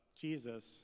Jesus